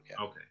okay